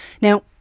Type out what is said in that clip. Now